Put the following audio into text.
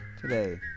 today